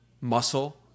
muscle